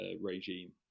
regime